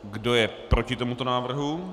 Kdo je proti tomuto návrhu?